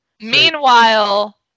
Meanwhile